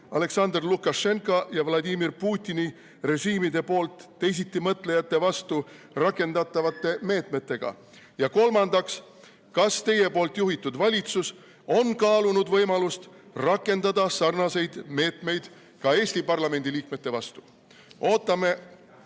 Aleksandr Lukašenka ja Vladimir Putini režiimi poolt teisitimõtlejate vastu rakendatavate meetmetega? Kolmandaks, kas teie juhitud valitsus on kaalunud võimalust rakendada sarnaseid meetmeid ka Eesti parlamendiliikmete vastu? Ootame